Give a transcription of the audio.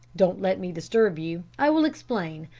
don't let me disturb you. i will explain.